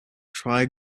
try